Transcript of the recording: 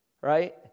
Right